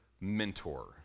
mentor